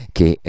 Che